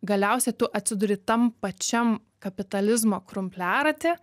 galiausiai tu atsiduri tam pačiam kapitalizmo krumpliaraty